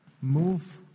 move